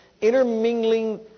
intermingling